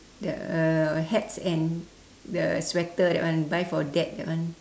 the uh hats and the sweater that one buy for dad that one